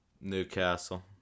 Newcastle